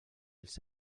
els